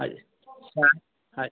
अच्छा अच